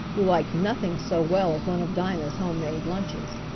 who liked nothing so well as one of dinah's homemade lunches.